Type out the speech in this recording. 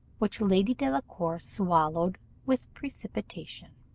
which lady delacour swallowed with precipitation.